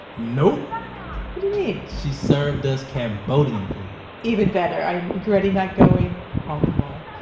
nope what do you mean? she served us cambodian food even better. i am regretting not going all the more.